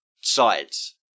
sides